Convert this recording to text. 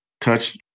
touch